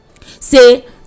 say